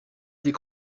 des